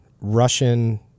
Russian